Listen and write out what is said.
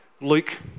Luke